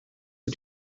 who